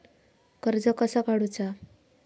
कर्ज कसा काडूचा?